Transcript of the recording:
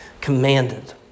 commanded